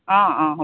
অঁ অঁ হ'ব